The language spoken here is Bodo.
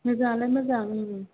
मोजाङालाय मोजां